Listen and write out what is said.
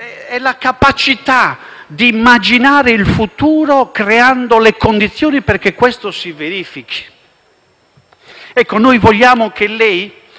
è la capacità di immaginare il futuro, creando le condizioni perché questo si verifichi. Noi vogliamo che lei